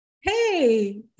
hey